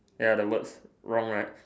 ya the words wrong right